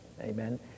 Amen